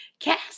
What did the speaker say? cast